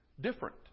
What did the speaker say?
different